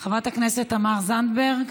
חברת הכנסת תמר זנדברג,